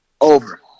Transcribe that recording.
Over